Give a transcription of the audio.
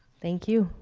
thank you.